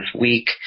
week